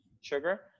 sugar